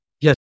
yes